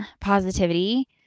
positivity